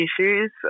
issues